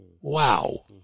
Wow